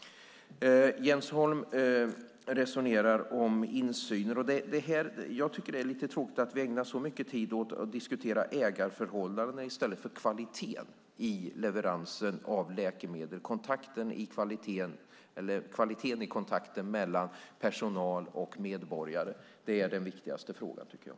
Jens Holm resonerar om insynen. Jag tycker att det är lite tråkigt att vi ägnar så mycket tid åt att diskutera ägarförhållandena i stället för kvaliteten i leveransen av läkemedel. Kvaliteten i kontakten mellan personal och medborgare är den viktigaste frågan, tycker jag.